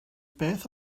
beth